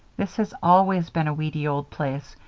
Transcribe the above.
this has always been a weedy old place,